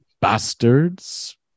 bastards